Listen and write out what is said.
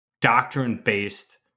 doctrine-based